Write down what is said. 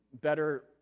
better